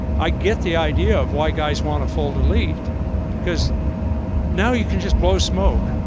i get the idea of why guys want a full delete cause now you can just blow smoke.